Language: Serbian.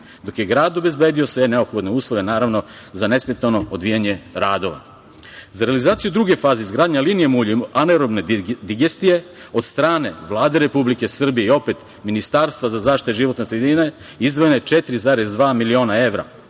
dok je grad obezbedio sve neophodne uslove, naravno za nesmetano odvijanje radova.Za realizaciju druge faze, izgradnju linije mulja anerobne digestije od strane Vlade Republike Srbije i opet Ministarstva za zaštitu životne sredine, izdvojeno je 4,2 miliona evra.